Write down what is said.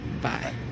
Bye